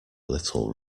little